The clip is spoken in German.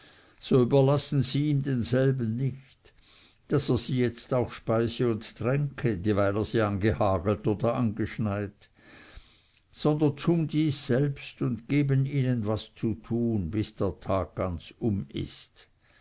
heimhagelt überlassen sie ihm dieselben nicht daß er sie jetzt auch speise und tränke dieweil er sie angehagelt oder angeschneit sondern tun dies selbst und geben ihnen was zu tun bis der tag ganz um ist